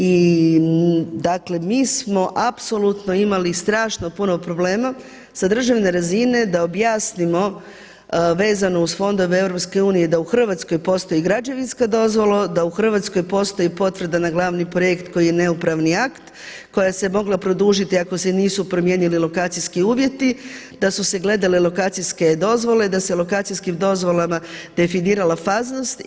I dakle, mi smo apsolutno imali strašno puno problema sa državne razine da objasnimo vezano uz fondove EU da u Hrvatskoj postoji građevinska dozvola, da u Hrvatskoj postoji potvrda na glavni projekt koji je neupravni akt, koja se mogla produžiti ako se nisu promijenili lokacijski uvjeti, da su se gledale lokacijske dozvole, da se lokacijskim dozvolama definirala faznost.